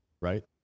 right